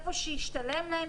היכן שישתלם להם,